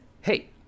hey